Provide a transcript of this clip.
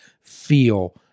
feel